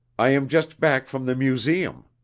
i am just back from the museum.